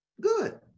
good